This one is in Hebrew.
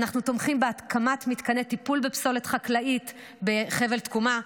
אנחנו תומכים בהקמת מתקני טיפול בפסולת חקלאית בחבל תקומה,